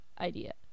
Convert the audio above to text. idea